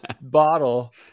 bottle